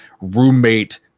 roommate